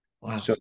Wow